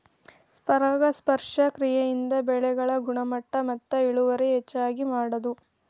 ಪರಾಗಸ್ಪರ್ಶ ಕ್ರಿಯೆಯಿಂದ ಬೆಳೆಗಳ ಗುಣಮಟ್ಟ ಮತ್ತ ಇಳುವರಿ ಹೆಚಗಿ ಮಾಡುದು